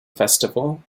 festival